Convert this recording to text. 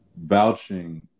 vouching